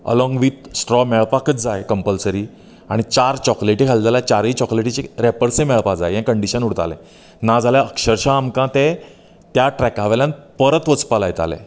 along with straw मेळपाकच जाय compulsory आनी चार चॉकलेटी खालें जाल्यार चारय चॉकलेटिची रेपर्सुय मेळपाक जाय हे कंडिशन उरतालें ना जाल्यार अक्षरशा आमकां तें त्या ट्रेका वयल्यान परत वचपाक लायतालें